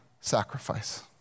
sacrifice